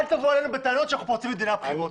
אל תבוא אלינו בטענות שאנחנו פורצים את דיני הבחירות.